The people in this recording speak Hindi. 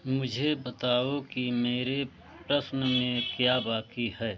मुझे बताओ कि मेरे प्रश्न में क्या बाक़ी है